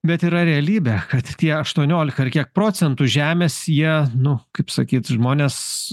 bet yra realybė kad tie aštuoniolika ar kiek procentų žemės jie nu kaip sakyt žmonės